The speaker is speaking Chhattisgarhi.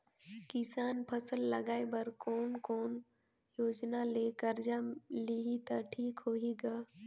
किसान फसल लगाय बर कोने कोने योजना ले कर्जा लिही त ठीक होही ग?